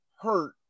hurt